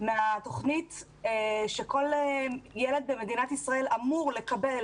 מהתכנית שכל ילד במדינת ישראל אמור לקבל,